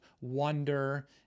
wonder